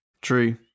True